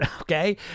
okay